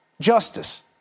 justice